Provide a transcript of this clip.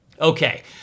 Okay